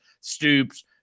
Stoops